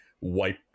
wipe